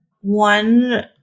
one